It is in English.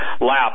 lap